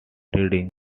reading